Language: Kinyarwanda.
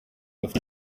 bafite